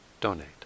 donate